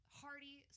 hearty